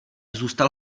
zůstal